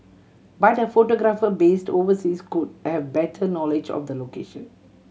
but a photographer based overseas could have better knowledge of the location